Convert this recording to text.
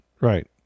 right